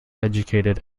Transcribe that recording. educated